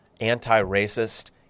anti-racist